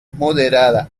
moderada